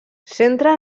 centre